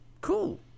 cool